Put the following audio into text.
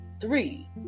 Three